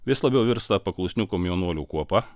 vis labiau virsta paklusnių komjaunuolių kuopa